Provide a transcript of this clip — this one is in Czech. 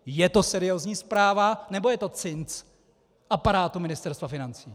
Je to seriózní zpráva, nebo je to cinc aparátu Ministerstva financí?